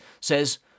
says